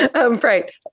Right